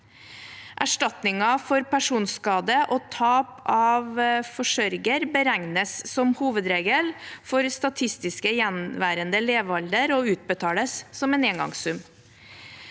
Erstatninger for personskade og tap av forsørger beregnes som hovedregel for statistisk gjenværende levealder og utbetales som en engangssum.